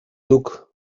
duk